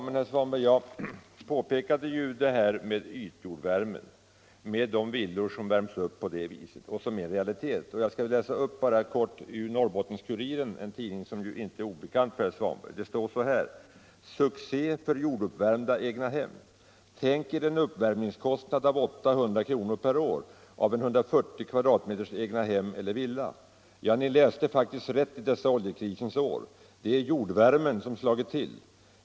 Men, herr Svanberg, jag påpekade ju möjligheten att använda ytjordvärmen och anförde som exempel de villor som värms upp på det sättet. Det handlar alltså om en realitet. Jag skall bara läsa upp ett kort avsnitt ur en artikel i Norrbottens-Kuriren, en tidning som inte är obekant för herr Svanberg: ”Succé för jorduppvärmda egnahem —-—-- Tänk er en uppvärmningskostnad av 800 kronor per år av 140 kvm egnahem eller villa. Ja, ni läste faktiskt rätt i dessa oljekrisens år. Det är jordvärmen som slagit till.